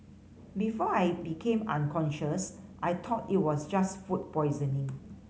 before I became unconscious I tought it was just food poisoning